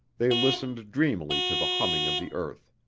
they listened dreamily to the humming of the earth.